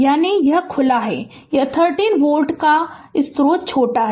यानी यह खुला है यह 30 वोल्ट का स्रोत छोटा है